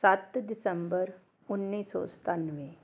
ਸੱਤ ਦਸੰਬਰ ਉੱਨੀ ਸੌ ਸਤਾਨਵੇਂ